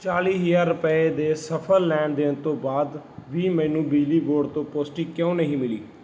ਚਾਲ੍ਹੀ ਹਜ਼ਾਰ ਰੁਪਏ ਦੇ ਸਫਲ ਲੈਣ ਦੇਣ ਤੋਂ ਬਾਅਦ ਵੀ ਮੈਨੂੰ ਬਿਜਲੀ ਬੋਰਡ ਤੋਂ ਪੁਸ਼ਟੀ ਕਿਉਂ ਨਹੀਂ ਮਿਲੀ